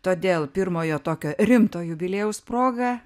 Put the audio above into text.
todėl pirmojo tokio rimto jubiliejaus proga